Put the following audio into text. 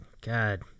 God